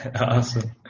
awesome